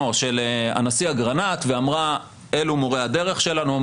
של הנשיא אגרנט ואמרה: אלו מורי הדרך שלנו,